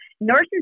Nurses